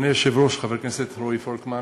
אדוני היושב-ראש, חבר הכנסת רועי פולקמן,